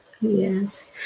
Yes